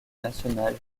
national